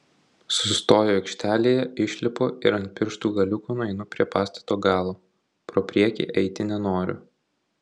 sustoju aikštelėje išlipu ir ant pirštų galiukų nueinu prie pastato galo pro priekį eiti nenoriu